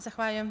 Zahvaljujem.